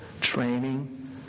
training